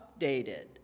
updated